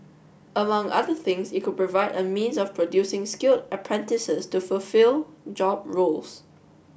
among other things it could provide a means of producing skilled apprentices to fulfil job roles